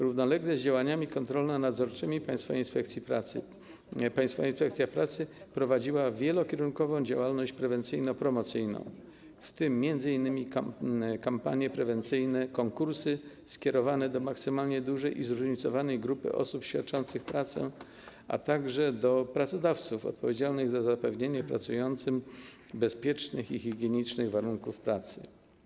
Równolegle z działaniami kontrolno-nadzorczymi Państwowej Inspekcji Pracy Państwowa Inspekcja Pracy prowadziła wielokierunkową działalność prewencyjno-promocyjną, w tym m.in. kampanie prewencyjne, konkursy skierowane do maksymalnie dużej i zróżnicowanej grupy osób świadczących pracę, a także do pracodawców odpowiedzialnych za zapewnienie pracującym bezpiecznych i higienicznych warunków pracy.